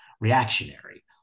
reactionary